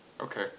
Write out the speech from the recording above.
Okay